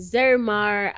Zermar